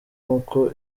uko